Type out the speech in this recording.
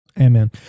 Amen